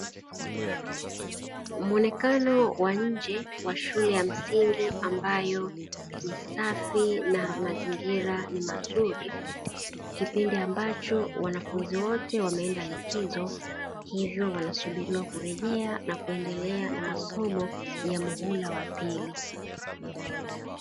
Muonekano wa nje wa shule ya msingi ambayo ni safi na mazingira ni mazuri. Kipindi ambacho wanafunzi wote wameenda likizo, hivyo wanasubiria kurejea na kuendelea na masomo ya muhula wa pili.